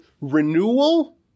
renewal